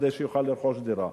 בכדי שיוכל לרכוש דירה.